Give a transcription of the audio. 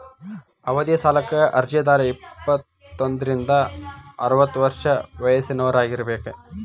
ಅವಧಿ ಸಾಲಕ್ಕ ಅರ್ಜಿದಾರ ಇಪ್ಪತ್ತೋಂದ್ರಿಂದ ಅರವತ್ತ ವರ್ಷ ವಯಸ್ಸಿನವರಾಗಿರಬೇಕ